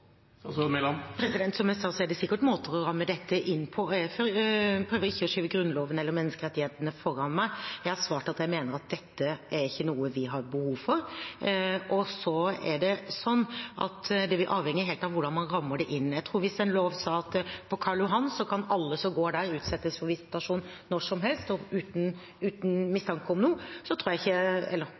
Som jeg sa, er det sikkert måter å ramme dette inn på. Jeg prøver ikke å skyve Grunnloven eller menneskerettighetene foran meg. Jeg har svart at jeg mener at dette er ikke noe vi har behov for, og så vil det avhenge helt av hvordan man rammer det inn. En lov som sa at alle som går på Karl Johan, kan utsettes for visitasjon når som helst og uten at det er mistanke om noe, tror jeg ikke